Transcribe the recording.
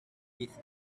with